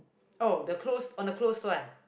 oh the closed on the closed one